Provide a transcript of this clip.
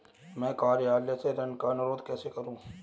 मैं कार्यालय से ऋण का अनुरोध कैसे करूँ?